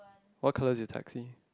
what colour is your taxi